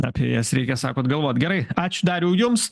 apie jas reikia sakot galvot gerai ačiū dariau jums